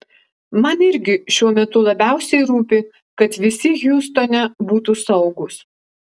man irgi šiuo metu labiausiai rūpi kad visi hjustone būtų saugūs